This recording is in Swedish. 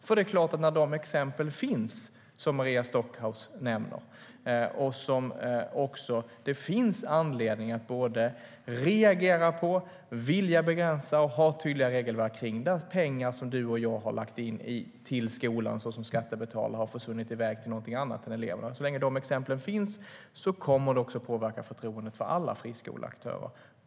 Så länge de exempel finns som Maria Stockhaus nämner - som det finns anledning att reagera på, vilja begränsa och ha tydliga regelverk kring, där pengar som du och jag har lagt in till skolan som skattebetalare har försvunnit iväg till något annat än eleverna - kommer det också att påverka förtroendet för alla friskoleaktörer.